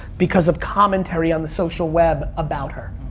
because of commentary on the social web about her.